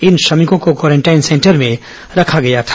इन श्रमिकों को quarantine center में रखा गया था